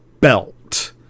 belt